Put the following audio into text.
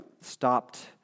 stopped